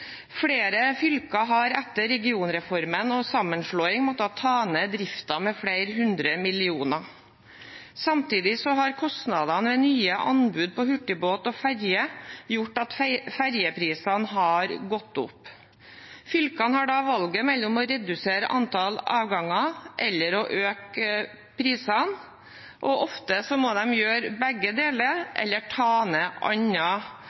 Flere fylker har etter regionreformen og sammenslåing måttet ta ned driften med flere hundre millioner kroner. Samtidig har kostnadene ved nye anbud på hurtigbåt og ferje gjort at ferjeprisene har gått opp. Fylkene har da valget mellom å redusere antall avganger eller å øke prisene, og ofte må de gjøre begge deler eller ta ned